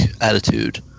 attitude